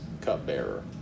cupbearer